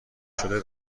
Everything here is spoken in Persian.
شده